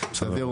משרד האוצר,